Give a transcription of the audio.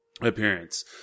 appearance